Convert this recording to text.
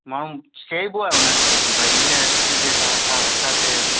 माण्हू चइबो आहे उन्हनि खे के भई आहे न तॾहिं बि असां असां असांखे